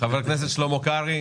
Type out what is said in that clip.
חבר הכנסת שלמה קרעי,